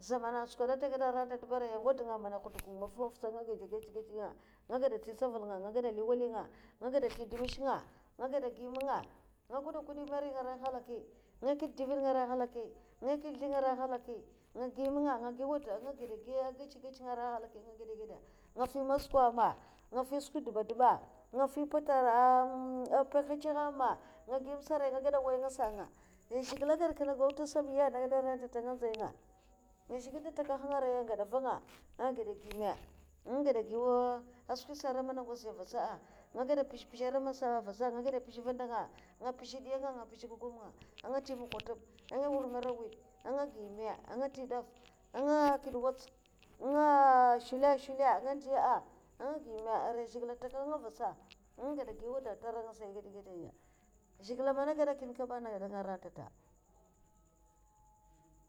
Zaman a tsukoda atagada aranta ba arai ngwada nga mana nhudukw mana maf'maff'sa anga gada geche geche nga anga ngada tsi tsavul nga, nag gada li wali nga, nga gada sli dumash nga, nga gi meme nga, nga gada nkudi mari nga ara nhalaki, nga kid ndivad nga ara nhalaki, nga kid nsli nga ara nhlakai nga gi menme, ngagiyata angada ngeche ngeche ara nhalaki an nga gada gada nga nfyi na skwa ma. nga nfyi skwa ndeba un diy ba. nga nfyi mpatari nga nfyi mpecha nha ama, kat arai nga gada nwaiy nasa nga, ai zhigilè agada a kinè gau nte asaba na gad ma ana gada ara nta ta ayè ana gada anga ndzay nga, ayè ana gada zhigile da n'takahanga arai ga nvanga anga gada gi wau wau ana skwisa avasa nga gada mpez mpeza. ana masara vasa nga mpeza nvanda nga. nga mpeza diya nga, nga mpeza gougum nga n'nag ntyi mokwotub' anga mwur marawudh' anga gi meme? N'nag ntyi daf, nga nkid nwtsika nga nshula nshula anga. an'nga ndiya'a anga gimme arai zhigile n'takahanga avasa anga gada gui wadata aranasa ai gada gada nye, zhigilè man agada a kinè kaba ana gada ara nta ta.